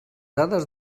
dades